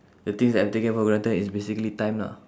the things that I've taking for granted is basically time lah